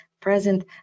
present